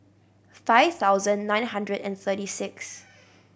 five thousand nine hundred and thirty six